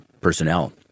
personnel